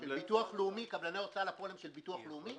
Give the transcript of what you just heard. בביטוח לאומי קבלני ההוצאה לפועל הם של הביטוח הלאומי?